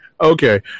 Okay